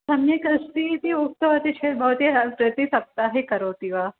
सम्यक् अस्ति इति उक्तवती चेत् भवत्याः प्रतिसप्ताहे करोति वा